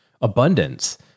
abundance